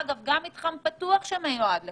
אגב, גם מתחם פתוח שמיועד לכך.